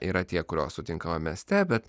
yra tie kuriuos sutinkame mieste bet